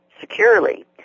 securely